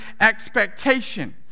expectation